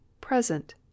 present